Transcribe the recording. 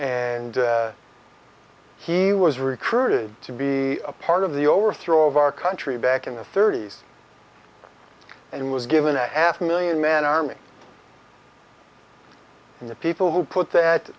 and he was recruited to be a part of the overthrow of our country back in the thirty's and was given a half million man army and the people who put that